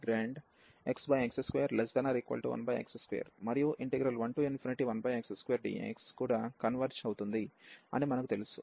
మరియు 11x2dx కూడా converge అవుతుంది అని మనకు తెలుసు